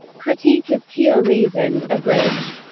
critique of pure reason, abridged.